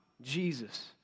Jesus